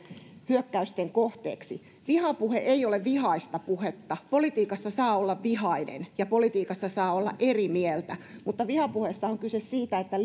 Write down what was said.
hyökkäysten kohteeksi vihapuhe ei ole vihaista puhetta politiikassa saa olla vihainen ja politiikassa saa olla eri mieltä mutta vihapuheessa on kyse siitä että